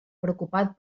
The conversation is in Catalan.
preocupat